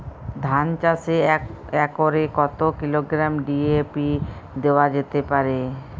ধান চাষে এক একরে কত কিলোগ্রাম ডি.এ.পি দেওয়া যেতে পারে?